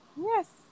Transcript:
Yes